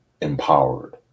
empowered